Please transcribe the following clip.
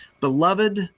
Beloved